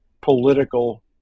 political